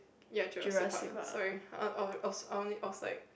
ya Jurassic Park sorry I I I was I was like